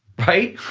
right,